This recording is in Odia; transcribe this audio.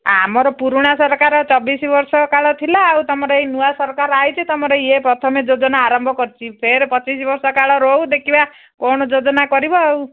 ଆମର ପୁରୁଣା ସରକାର ଚବିଶ ବର୍ଷକାଳ ଥିଲା ଆଉ ତୁମର ଏଇ ନୂଆ ସରକାର ଆସିଛି ତୁମର ଇଏ ପ୍ରଥମେ ଯୋଜନା ଆରମ୍ଭ କରିଛି ଫେର ପଚିଶ ବର୍ଷ କଳ ରହୁ ଦେଖିବା କ'ଣ ଯୋଜନା କରିବ ଆଉ